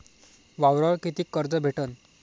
वावरावर कितीक कर्ज भेटन?